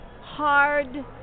hard